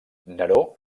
neró